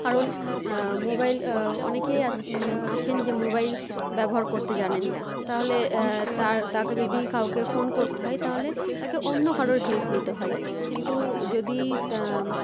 কারণ মোবাইল অনেকেই আছেন যে মোবাইল ব্যবহার করতে জানেন না তাহলে তার তাকে যদি কাউকে ফোন করতে হয় তাহলে তাকে অন্য কারোর হেল্প নিতে হয় কিন্তু যদি তা